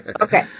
okay